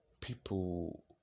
people